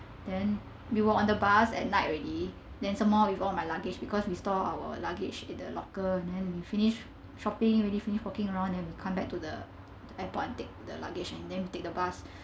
then we were on the bus at night already then some more with all my luggage because we stored our luggage in the locker then you finished shopping already finish walking around and we came back to the airport and took the luggage and then we took the bus